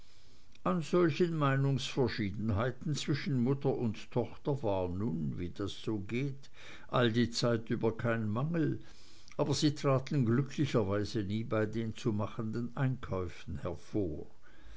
an solchen meinungsverschiedenheiten zwischen mutter und tochter war nun wie das so geht all die zeit über kein mangel aber sie traten glücklicherweise nie bei den zu machenden einkäufen hervor